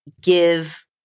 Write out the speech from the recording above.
give